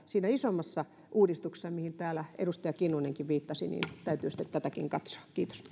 siinä isommassa uudistuksessa mihin täällä edustaja kinnunenkin viittasi täytyy sitten tätäkin katsoa